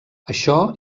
això